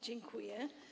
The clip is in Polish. Dziękuję.